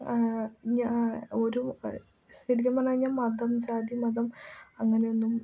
ഞാ ഒരു ശരിക്കും പറഞ്ഞു കഴിഞ്ഞാൽ മതം ജാതി മതം അങ്ങനെയൊന്നും